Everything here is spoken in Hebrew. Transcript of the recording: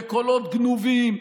בקולות גנובים,